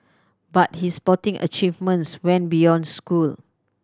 but his sporting achievements went beyond school